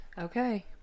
Okay